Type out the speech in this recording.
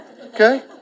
Okay